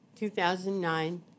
2009